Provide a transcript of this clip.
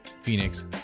phoenix